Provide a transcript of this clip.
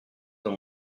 dans